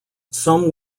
some